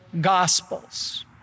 Gospels